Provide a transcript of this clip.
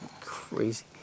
crazy